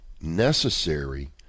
necessary